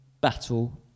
battle